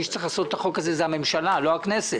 מי שצריך לחוקק את החוק הזה זה הממשלה, לא הכנסת.